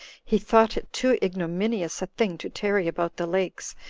he thought it too ignominious a thing to tarry about the lakes,